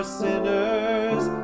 sinners